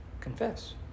confess